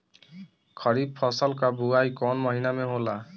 खरीफ फसल क बुवाई कौन महीना में होला?